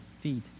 feet